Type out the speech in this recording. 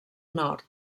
nord